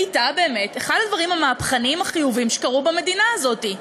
ואתה באמת אחד הדברים המהפכניים החיוביים שקרו במדינה הזאת: